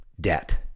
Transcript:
debt